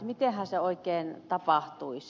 mitenhän se oikein tapahtuisi